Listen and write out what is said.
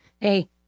hey